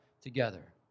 together